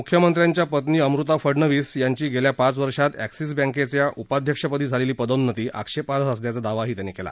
मुख्यमंत्र्यांच्या पत्नी अमृता फडनवीस यांची गेल्या पाच वर्षात अँक्सिस बँकेच्या उपाध्यक्षपदी झालेली पदोन्नती आक्षेपार्ह असल्याचा दावाही त्यांनी केला